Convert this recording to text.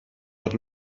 bod